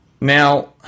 Now